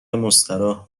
مستراح